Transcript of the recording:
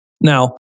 Now